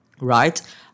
right